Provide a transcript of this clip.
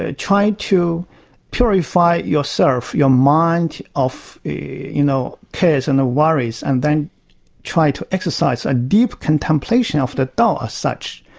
ah try to purify yourself, your mind, of you know cares and worries, and then try to exercise a deep contemplation of the dao as such.